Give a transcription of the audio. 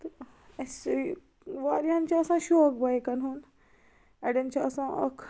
تہٕ اَسے وارِیاہن چھُ آسان شوق بایکَن ہُنٛد اَڈٮ۪ن چھِ آسان اَکھ